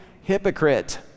Hypocrite